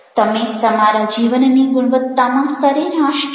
તમે તમારા જીવનની ગુણવત્તામાં સરેરાશ છો